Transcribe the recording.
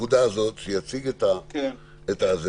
את זה.